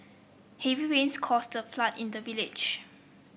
heavy rains caused a flood in the village